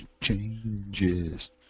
changes